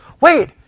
wait